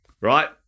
right